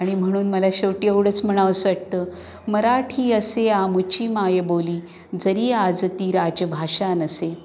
आणि म्हणून मला शेवटी एवढंच म्हणावंसं वाटतं मराठी असे आमुची मायबोली जरी आज ती राजभाषा नसे